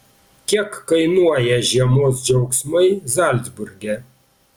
kiek kainuoja žiemos džiaugsmai zalcburge